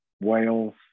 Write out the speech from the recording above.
Wales